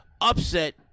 upset